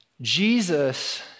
Jesus